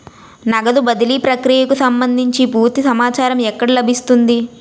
నగదు బదిలీ ప్రక్రియకు సంభందించి పూర్తి సమాచారం ఎక్కడ లభిస్తుంది?